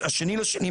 "...